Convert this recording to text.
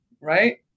right